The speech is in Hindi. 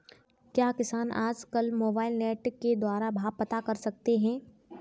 क्या किसान आज कल मोबाइल नेट के द्वारा भाव पता कर सकते हैं?